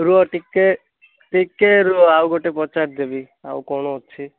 ରୁହ ଟିକିଏ ଟିକିଏ ରୁହ ଆଉ ଗୋଟେ ପଚାରିଦେବି ଆଉ କ'ଣ ଅଛି